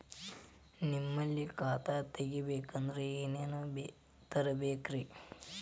ನಿಮ್ಮಲ್ಲಿ ಖಾತಾ ತೆಗಿಬೇಕಂದ್ರ ಏನೇನ ತರಬೇಕ್ರಿ?